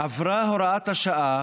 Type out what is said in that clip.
עברה הוראת השעה